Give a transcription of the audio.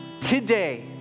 today